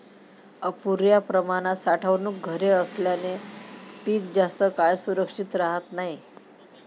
अपुर्या प्रमाणात साठवणूक घरे असल्याने पीक जास्त काळ सुरक्षित राहत नाही